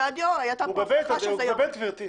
הייתה כאן הבטחה שזה ירד.